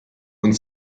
und